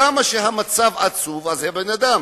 כמה שהמצב עצוב, אז אדם